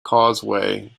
causeway